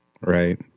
Right